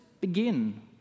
begin